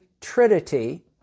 Trinity